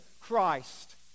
Christ